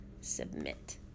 submit